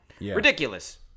ridiculous